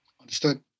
understood